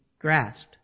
grasped